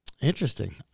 Interesting